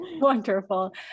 wonderful